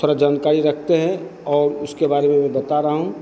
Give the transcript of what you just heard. पूरा जनकारी रखते हैं और उसके बारे में मैं बता रहा हूँ